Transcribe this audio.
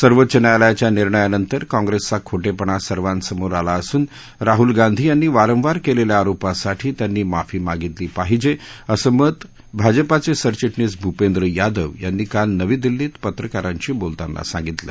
सर्वोच्च न्यायालयाच्या निर्णयानंतर काँग्रेसचा खोटेपणा सर्वांसमोर आला असून राहल गांधी यांनी वारंवार केलेल्या आरोपासाठी त्यांनी माफी मागितली पाहिजे असं मत भाजपाचे सरचिटणीस भूपेंद्र यादव यांनी काल नवी दिल्लीत पत्रकारांशी बोलताना सांगितलं